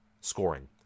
scoring